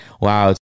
wow